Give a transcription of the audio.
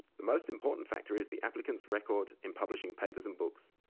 the most important factor is the applicant's record in publishing papers and books.